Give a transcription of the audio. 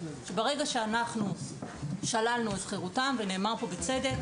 היא שברגע ששללנו את חירותם - ונאמר פה בצדק